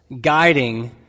guiding